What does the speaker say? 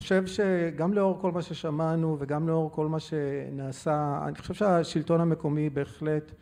אני חושב שגם לאור כל מה ששמענו וגם לאור כל מה שנעשה אני חושב שהשלטון המקומי בהחלט